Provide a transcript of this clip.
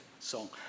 Song